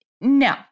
No